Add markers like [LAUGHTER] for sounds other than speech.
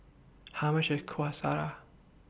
How much IS Kueh Syara [NOISE]